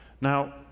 Now